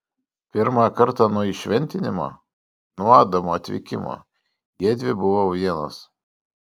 pirmą kartą nuo įšventinimo nuo adamo atvykimo jiedvi buvo vienos